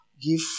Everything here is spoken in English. give